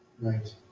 Right